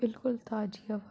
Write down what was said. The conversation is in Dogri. बिलकुल ताजी हवा